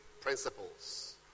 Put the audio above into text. principles